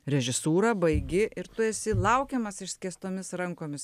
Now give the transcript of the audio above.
režisūrą baigi ir tu esi laukiamas išskėstomis rankomis